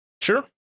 Sure